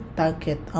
target